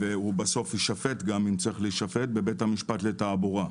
בסוף הוא יישפט אם צריך להישפט בבית המשפט לתעבורה.